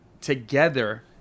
together